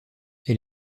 elle